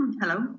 Hello